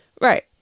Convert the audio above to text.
right